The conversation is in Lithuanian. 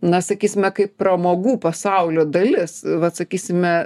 na sakysime kaip pramogų pasaulio dalis vat sakysime